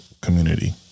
community